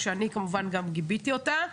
שאני כמובן גם גיביתי אותה,